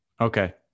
okay